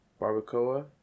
barbacoa